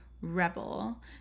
rebel